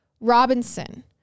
Robinson